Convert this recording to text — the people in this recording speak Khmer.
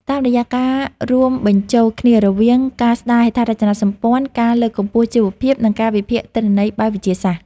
តាមរយៈការរួមបញ្ចូលគ្នារវាងការស្តារហេដ្ឋារចនាសម្ព័ន្ធ ការលើកកម្ពស់ជីវភាព និងការវិភាគទិន្នន័យបែបវិទ្យាសាស្ត្រ។